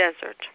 desert